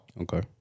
Okay